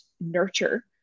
nurture